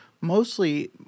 mostly